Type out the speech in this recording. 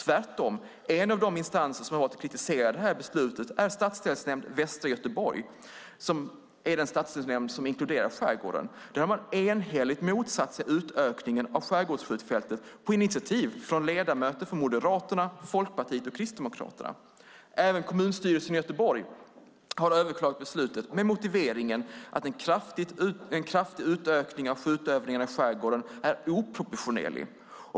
Tvärtom - en av de instanser som har kritiserat det här beslutet är stadsdelsnämnd Västra Göteborg som är den stadsdelsnämnd som inkluderar skärgården. Där har man enhälligt motsatt sig utökningen av skärgårdsskjutfältet på initiativ av ledamöter från Moderaterna, Folkpartiet och Kristdemokraterna. Även kommunstyrelsen i Göteborg har överklagat beslutet med motiveringen att en kraftig utökning av skjutövningarna är oproportionerlig.